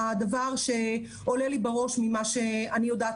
זה הדבר שעולה לי בראש ממה שאני יודעת